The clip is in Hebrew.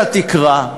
ולהסתכל אל התקרה,